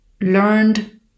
learned